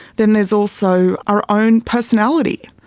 then there's also our own personality.